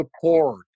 support